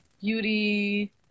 beauty